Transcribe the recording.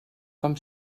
com